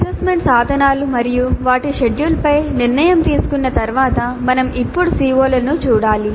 assessment సాధనాలు మరియు వాటి షెడ్యూల్పై నిర్ణయం తీసుకున్న తరువాత మనం ఇప్పుడు CO లను చూడాలి